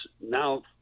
Now